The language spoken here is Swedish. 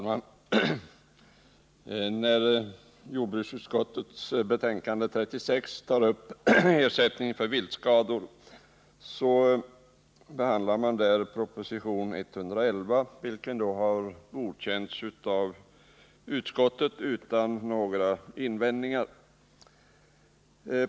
Herr talman! I jordbruksutskottets betänkande 36 behandlas proposition 111 om ersättning vid viltskador, och propositionen har godkänts av utskottet utan några invändningar.